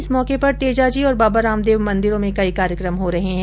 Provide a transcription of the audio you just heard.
इस मौके पर तेजाजी और बाबारामदेव मंदिरों में कई कार्यक्रम हो रहे है